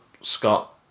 Scott